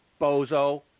bozo